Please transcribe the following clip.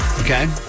Okay